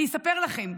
אני אספר לכם,